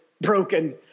broken